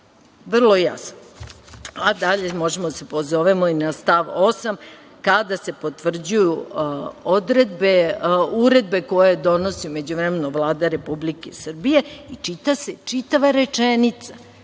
vrlo jasan. Dalje možemo da se pozovemo i na stav 8, kada se potvrđuju uredbe koje donosi u međuvremenu Vlada Republike Srbije i čita se čitava rečenica.